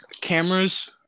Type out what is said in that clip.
cameras